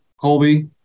Colby